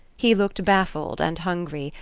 he looked baffled and hungry,